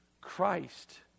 Christ